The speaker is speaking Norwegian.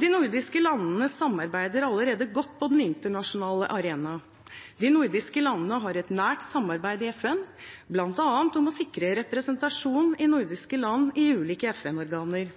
De nordiske landene samarbeider allerede godt på den internasjonale arena. De nordiske landene har et nært samarbeid i FN, bl.a. om å sikre representasjon i nordiske land i ulike FN-organer.